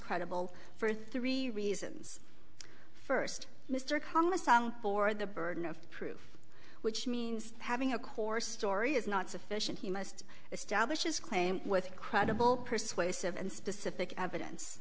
credible for three reasons first mr economist on board the burden of proof which means having a core story is not sufficient he must establish his claim with credible persuasive and specific evidence